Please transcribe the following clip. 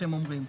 עונים עליהן,